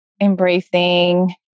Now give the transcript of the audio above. embracing